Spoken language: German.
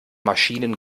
maschinen